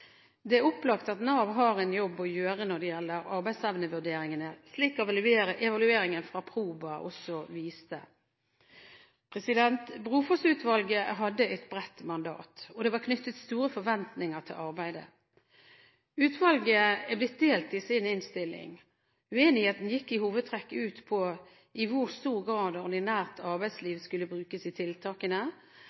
Det er opplagt at Nav har en jobb å gjøre når det gjelder arbeidsevnevurderingene, slik evalueringen fra Proba også viste. Brofoss-utvalget hadde et bredt mandat, og det var knyttet store forventninger til arbeidet. Utvalget er delt i sin innstilling. Uenigheten gikk i hovedtrekk ut på i hvor stor grad ordinært arbeidsliv skulle brukes i tiltakene,